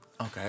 Okay